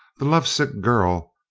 the love-sick girl,